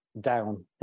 down